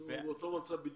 הוא באותו מצב בדיוק.